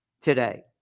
today